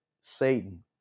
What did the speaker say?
Satan